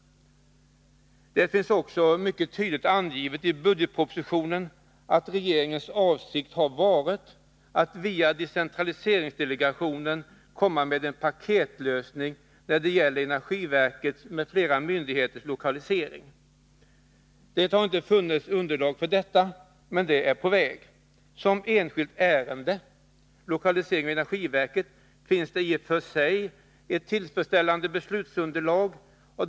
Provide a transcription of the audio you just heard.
Det finns tydligt angivet i budgetpropositionen att regeringens avsikt har varit att via decentraliseringsdelegationen komma med en paketlösning när det gäller energiverket m.fl. myndigheters lokalisering. Det har inte funnits beslutsunderlag för detta, men det är på väg. Som enskilt ärende —lokalisering av energiverket— finns det i och för sig ett tillfredsställande beslutsunderlag.